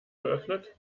geöffnet